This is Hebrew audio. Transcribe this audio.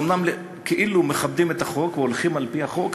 אומנם כאילו מכבדים את החוק והולכים על-פי החוק,